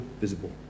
visible